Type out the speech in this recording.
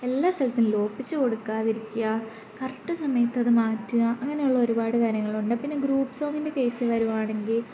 എല്ലാ സ്ഥലത്തും ലോപിച്ച് കൊടുക്കാതിരിക്കുക കറക്റ്റ് സമയത്തത് മാറ്റുക അങ്ങനെ ഉള്ള ഒരുപാട് കാര്യങ്ങളുണ്ട് പിന്നെ ഗ്രൂപ്പ് സോങ്ങിൻ്റെ കേസ് വരികയാണെങ്കിൽ